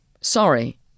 Sorry